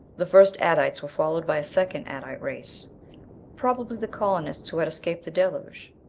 the first adites were followed by a second adite race probably the colonists who had escaped the deluge.